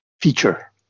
feature